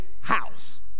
house